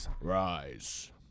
Rise